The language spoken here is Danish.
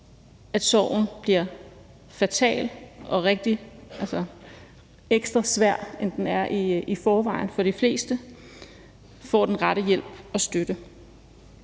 at sorgen bliver fatal og ekstra svær, end den er i forvejen for de fleste, får den rette hjælp og støtte.